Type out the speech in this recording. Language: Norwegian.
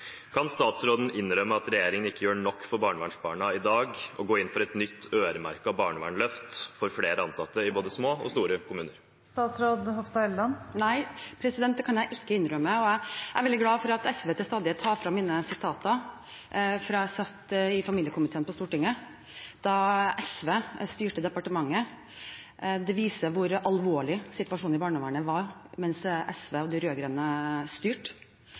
Kan statsråden innrømme at regjeringen ikke gjør nok for barnevernsbarna i dag, og gå inn for et nytt øremerket barnevernsløft for flere ansatte i både små og store kommuner? Nei, det kan jeg ikke innrømme. Jeg er veldig glad for at SV til stadighet tar frem sitater fra meg fra jeg satt i familiekomiteen på Stortinget, da SV styrte departementet. Det viser hvor alvorlig situasjonen i barnevernet var mens SV og de rød-grønne styrte.